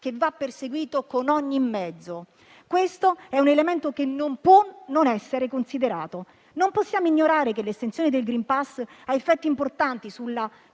che va perseguito con ogni mezzo. Questo è un elemento che non può non essere considerato. Non possiamo ignorare che l'estensione del *green pass* ha effetti importanti sulla